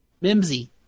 Mimsy